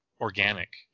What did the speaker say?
organic